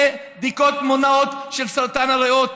לבדיקות מונעות של סרטן הריאות.